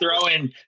throwing